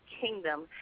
kingdom